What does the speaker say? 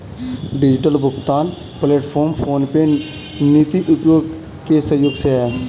digital भुगतान platform PhonePe, NITI Aayog के सहयोग से है